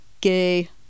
gay